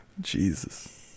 jesus